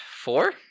Four